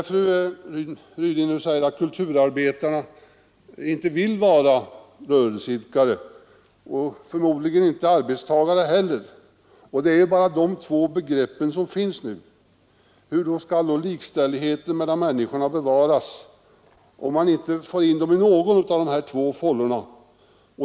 Fru Ryding säger att kulturarbetarna inte vill vara rörelseidkare och förmodligen inte arbetstagare heller, men det är bara de två begreppen som finns nu. Hur skall då likställigheten mellan människorna bevaras, om man inte för in dem i någon av de här två fållorna?